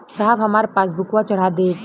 साहब हमार पासबुकवा चढ़ा देब?